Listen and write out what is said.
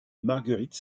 marguerite